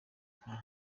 nka